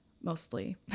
mostly